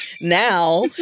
now